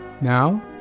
Now